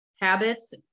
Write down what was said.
habits